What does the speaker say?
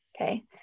Okay